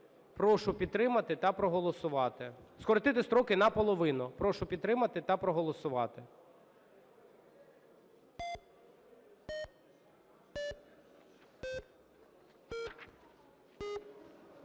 Прошу підтримати та проголосувати: скоротити строки наполовину. Прошу підтримати та проголосувати.